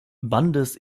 bandes